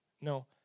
No